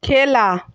খেলা